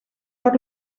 per